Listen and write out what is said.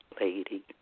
lady